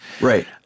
Right